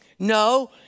No